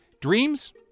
dreams